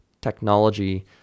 technology